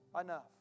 enough